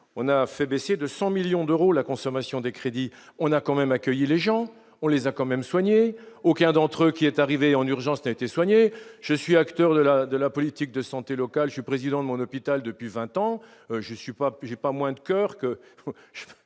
on a fait baisser de 100 millions d'euros, la consommation des crédits, on a quand même accueilli les gens, on les a quand même soigner, aucun d'entre eux qui est arrivé en urgence n'a été soigné, je suis acteur de la de la politique de santé local du président de mon hôpital depuis 20 ans, je suis pas plus, j'ai pas